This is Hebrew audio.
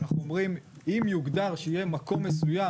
אנחנו רק אומרים אם יוגדר שיהיה מקום מסוים